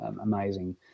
amazing